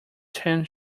tan